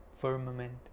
firmament